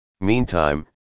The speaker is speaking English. Meantime